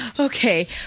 Okay